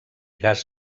gas